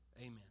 Amen